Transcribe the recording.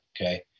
okay